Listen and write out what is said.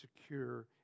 secure